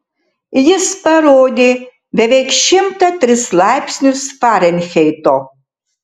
jis parodė beveik šimtą tris laipsnius farenheito